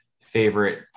favorite